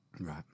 right